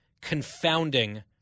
confounding